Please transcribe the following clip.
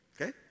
Okay